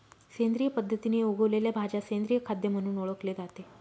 सेंद्रिय पद्धतीने उगवलेल्या भाज्या सेंद्रिय खाद्य म्हणून ओळखले जाते